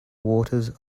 waters